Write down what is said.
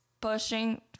pushing